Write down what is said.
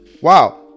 wow